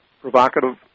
provocative